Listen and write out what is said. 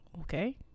Okay